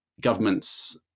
governments